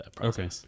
Okay